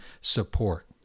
support